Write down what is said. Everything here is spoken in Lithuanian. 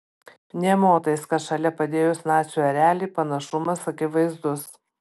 nė motais kad šalia padėjus nacių erelį panašumas akivaizdus